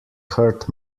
heard